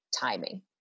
timing